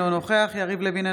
אינו נוכח יריב לוין,